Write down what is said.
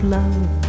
love